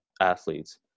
athletes